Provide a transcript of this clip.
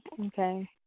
okay